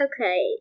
Okay